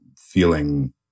feeling